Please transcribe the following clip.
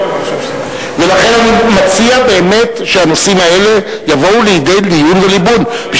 ולכן אני מציע באמת שהנושאים האלה יבואו לידי דיון וליבון.